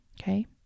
Okay